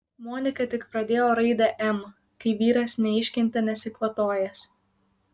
monika tik pradėjo raidę m kai vyras neiškentė nesikvatojęs